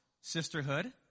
Sisterhood